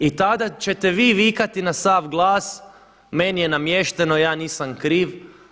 I tada ćete vi vikati na sav glas: Meni je namješteno, ja nisam kriv.